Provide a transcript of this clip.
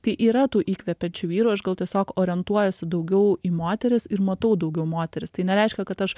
tai yra tų įkvepiančių vyrų gal tiesiog orientuojasi daugiau į moteris ir matau daugiau moteris tai nereiškia kad aš